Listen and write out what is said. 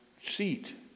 seat